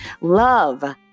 Love